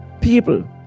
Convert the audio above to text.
people